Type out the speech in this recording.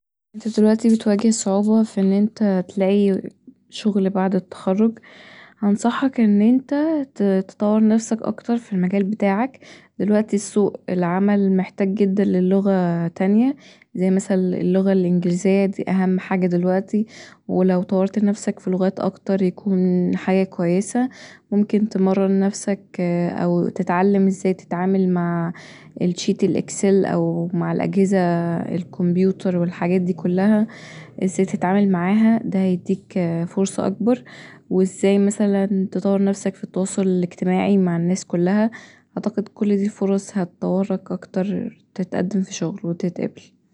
انت دلوقتي بتلاقي صعوبه في انت تلاقي شغل بعد التخرج انصحك ان انت تطور نفسك اكتر في المجال بتاعك، دلوقتي السوق العمل محتاج جدا للغة تانيه زي مثلا اللغة الانجليزيه دي اهم حاجه دلوقتي ولو طورت نفسك في حاجات اكتر هيكون حاجه كويسه ممكن تمرن نفسك او تتعلم ازاي تتعامل مع شيت الإكسل ومع الأجهزة الكمبيوتر والحاجات دي كلها ازاي تتعامل معاها دا هيديك فرصة اكبر وازاي تطور نفسك في التواصل الإجتماعي مع الناس كلها أعتقد كل دي فرص هتطورك أكتر تتقدم في شغل وتتقبل